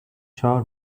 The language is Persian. چهار